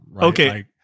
Okay